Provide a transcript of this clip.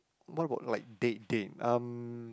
what about like date date um